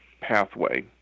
pathway